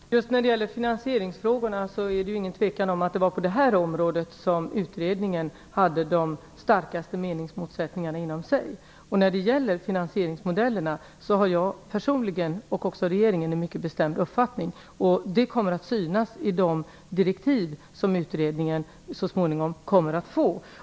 Fru talman! När det gäller just finansieringsfrågorna råder det inget tvivel om att det var på detta område som man inom utredningen hade de starkaste meningsmotsättningarna. Vad det gäller finansieringsmodellerna har jag personligen, och också regeringen, en mycket bestämd uppfattning, vilket kommer att märkas i de direktiv som utredningen så småningom kommer att få.